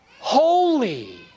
holy